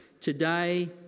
today